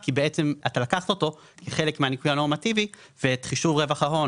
כי אתה לקחת אותו כחלק מהניכוי הנורמטיבי ואת חישוב רווח ההון